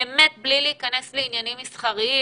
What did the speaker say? באמת בלי להיכנס לעניינים מסחריים,